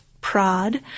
prod